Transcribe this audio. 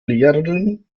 lehrerin